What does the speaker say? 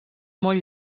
molt